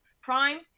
Prime